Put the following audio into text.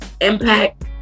impact